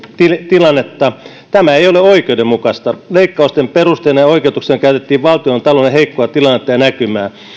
tilannetta tämä ei ole oikeudenmukaista leikkausten perusteena ja oikeutuksena käytettiin valtiontalouden heikkoa tilannetta ja näkymää